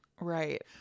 Right